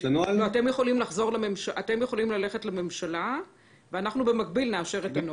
אתם יכולים לחזור לממשלה ואנחנו במקביל נאשר את הנוהל.